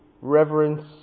reverence